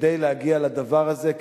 כדי להגיע לדבר הזה,